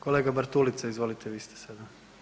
Kolega Bartulica, izvolite, vi ste sada.